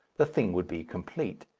the thing would be complete.